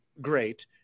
great